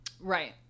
Right